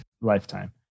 lifetime